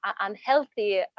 unhealthy